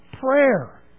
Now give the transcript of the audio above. prayer